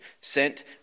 Sent